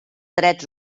drets